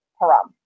Haram